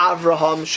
Avraham